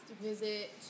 visit